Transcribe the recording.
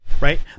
Right